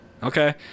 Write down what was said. Okay